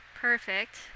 Perfect